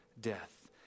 death